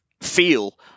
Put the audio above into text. feel